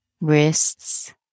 wrists